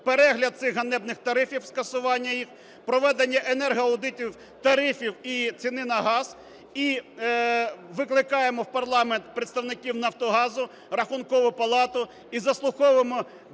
Перегляд цих ганебних тарифів, скасування їх, проведення енергоаудитів тарифів і ціни на газ. І викликаємо в парламент представників "Нафтогазу", Рахункову палату і заслуховуємо,